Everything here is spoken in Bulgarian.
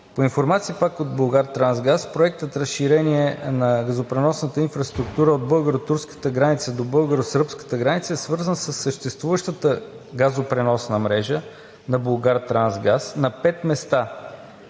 По информация – пак от „Булгартрансгаз“ – проектът „Разширение на газопреносната инфраструктура“ от българо-турската граница до българо-сръбската граница е свързан със съществуващата газопреносна мрежа на „Булгартрансгаз“ на пет места: